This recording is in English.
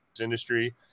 industry